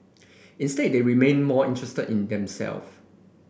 instead they remained more interested in them self